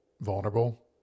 vulnerable